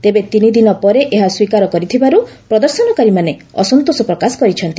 ତେବେ ତିନିଦିନ ପରେ ଏହା ସ୍ୱୀକାର କରିଥିବାରୁ ପ୍ରଦର୍ଶନକାରୀମାନେ ଅସନ୍ତୋଷ ପ୍ରକାଶ କରିଛନ୍ତି